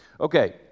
Okay